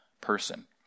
person